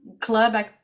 club